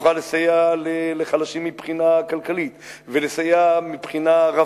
תוכל לסייע לחלשים מבחינה כלכלית, מבחינה רווחתית,